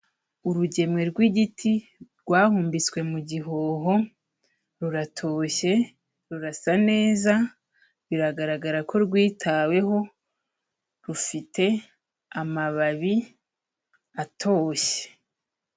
Urugemwe rw'igiti rwahumbitswe mu gihoho ruratoshye, rurasa neza biragaragara ko rwitaweho rufite amababi atoshye.